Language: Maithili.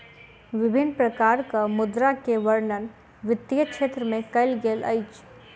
विभिन्न प्रकारक मुद्रा के वर्णन वित्तीय क्षेत्र में कयल गेल अछि